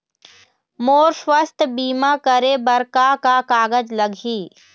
मोर स्वस्थ बीमा करे बर का का कागज लगही?